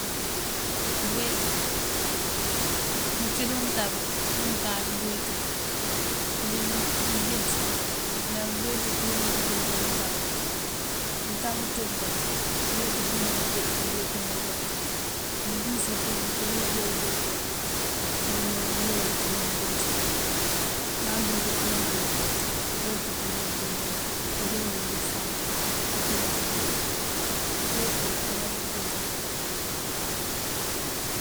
Búuweeti, mëëcí dí untab, amëënkáaţ búuweeti mëëndíŋ ngëënjënţ ndah búuweeti purir buun pënjëënţan untab. Untab ţoompëëbá búuweeti joonkëjeej këëweetana bël. Ngëëndúus atop mëëmpurir kaajeej búuweeti këñawënangël aŋ ngëëkëëma ngëjëënţ. Ŋal dúuţ pëlëënk ink búuweeti apurir pënjëënţan bël, ngëënjeej bël kuufar ndúunko ndáanţopëndi. Búuweeti apënari pënjëënţan ţënko.